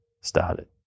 started